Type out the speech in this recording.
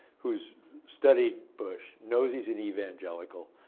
who's studied bush, knows he's an evangelical,